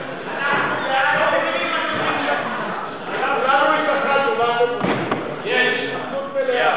ההצעה לכלול את הנושא בסדר-היום של הכנסת נתקבלה.